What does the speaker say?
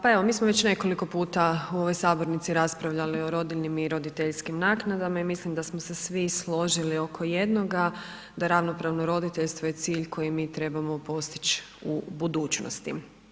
Pa evo mi smo već nekoliko puta u ovoj Sabornici raspravljali o rodiljnim i roditeljskim naknadama, i mislim da smo se svi složili oko jednoga, da ravnopravno roditeljstvo je cilj koji mi trebamo postići u budućnosti.